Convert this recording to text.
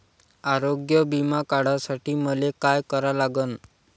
आरोग्य बिमा काढासाठी मले काय करा लागन?